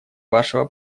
вашего